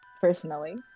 personally